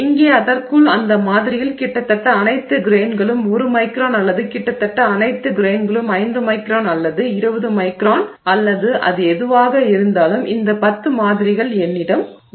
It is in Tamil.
எங்கே அதற்குள் அந்த மாதிரியில் கிட்டத்தட்ட அனைத்து கிரெய்ன்களும் 1 மைக்ரான் அல்லது கிட்டத்தட்ட அனைத்து கிரெய்ன்களும் 5 மைக்ரான் அல்லது 20 மைக்ரான் அல்லது அது எதுவாக இருந்தாலும் இந்த 10 மாதிரிகள் என்னிடம் உள்ளன